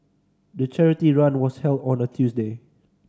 the charity run was held on a Tuesday